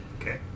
Okay